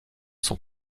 sont